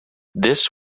this